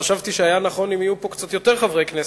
וחשבתי שהיה נכון אם יהיו פה קצת יותר חברי כנסת,